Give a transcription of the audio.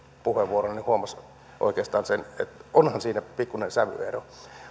puheenvuoron niin huomasi oikeastaan sen että onhan siinä pikkuinen sävyero